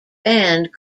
band